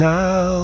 now